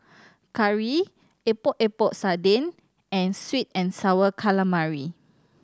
curry Epok Epok Sardin and sweet and Sour Calamari